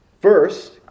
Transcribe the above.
First